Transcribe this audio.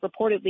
reportedly